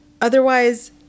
Otherwise